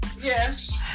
Yes